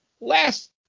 last